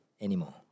anymore